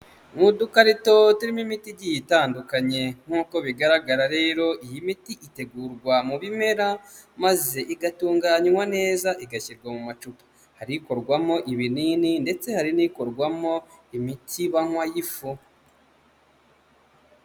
Ni udukarito turimo imiti igiye itandukanye, nk'uko bigaragara rero iyi miti itegurwa mu bimera maze igatunganywa neza igashyirwa mu macupa, hari ikorwamo ibinini ndetse hari n'ikorwamo imiti banywa y'ifu.